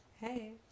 Hey